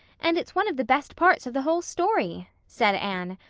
and it's one of the best parts of the whole story, said anne.